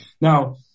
Now